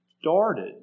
started